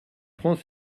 prends